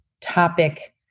topic